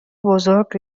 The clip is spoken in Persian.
بزرگ